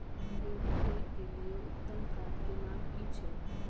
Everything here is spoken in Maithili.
गेहूं बोअ के लिये उत्तम खाद के नाम की छै?